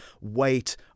weight